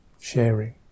sharing